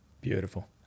Beautiful